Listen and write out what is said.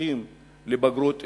זוכים לבגרות איכותית,